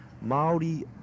Maori